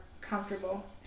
comfortable